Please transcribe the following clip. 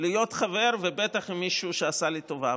להיות חבר, בטח אם זה מישהו שעשה לי טובה.